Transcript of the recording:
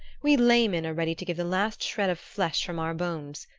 we laymen are ready to give the last shred of flesh from our bones,